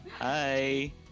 Hi